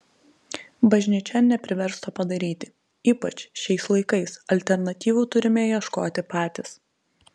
bažnyčia neprivers to padaryti ypač šiais laikais alternatyvų turime ieškoti patys